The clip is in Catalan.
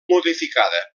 modificada